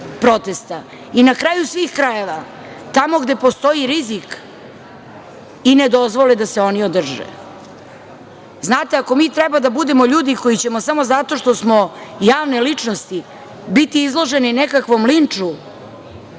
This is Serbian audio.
protesta i na kraju svih krajeva, tamo gde postoji rizik i ne dozvole da se oni održe. Znate, ako mi treba da budemo ljudi koji ćemo samo zato što smo javne ličnosti biti izloženi nekakvom linču,